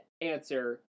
answer